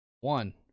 One